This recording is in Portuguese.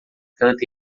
canta